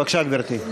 בבקשה, גברתי.